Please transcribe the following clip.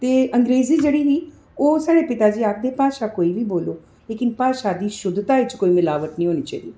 ते अंग्रेजी जेह्ड़ी ही ओह् साढ़े पिता जी आखदे हे कि भाशा कोई बी बोल्लो लेकिन भाशा दी शुद्धता च कोई मिलावट निं होनी चाहिदी